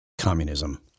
Communism